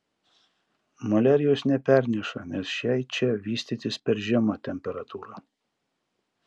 maliarijos neperneša nes šiai čia vystytis per žema temperatūra